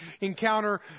encounter